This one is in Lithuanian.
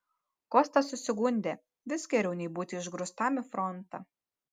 kostas susigundė vis geriau nei būti išgrūstam į frontą